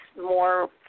more